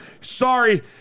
Sorry